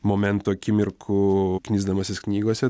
momentų akimirkų knisdamasis knygose